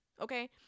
okay